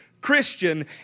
Christian